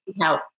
help